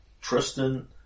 Tristan